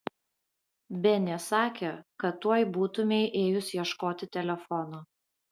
benė sakė kad tuoj būtumei ėjus ieškoti telefono